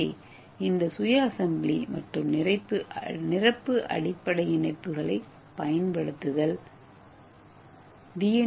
எனவே இந்த சுய சட்டசபை மற்றும் நிரப்பு அடிப்படை இணைப்புகளைப் பயன்படுத்துதல் டி